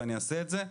ואני אעשה את זה.